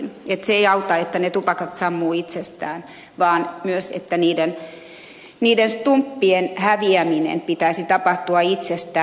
se ei auta että ne tupakat sammuvat itsestään vaan tarvitaan myös sitä että niiden stumppien häviämisen pitäisi tapahtua itsestään